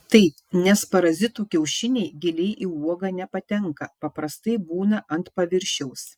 taip nes parazitų kiaušiniai giliai į uogą nepatenka paprastai būna ant paviršiaus